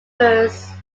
refers